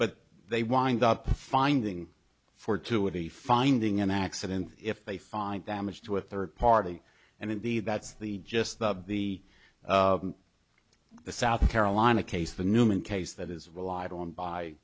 but they wind up finding fortuity finding an accident if they find damage to a third party and indeed that's the gist of the the south carolina case the newman case that is relied on by